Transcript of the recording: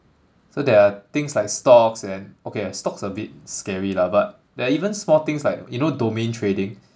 so there are things like stocks and okay stocks a bit scary lah but there are even small things like you know domain trading